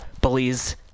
bullies